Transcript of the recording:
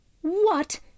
What